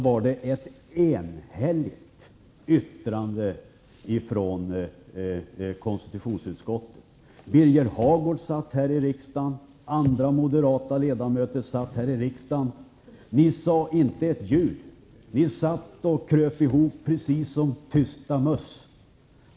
fanns ett enhälligt yttrande ifrån konstitutionsutskottet. Birger Hagård och andra moderata ledamöter sade inte ett ljud. Ni kröp ihop precis som tysta möss.